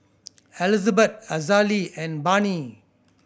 Elizabeth Azalee and Barnie